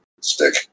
Stick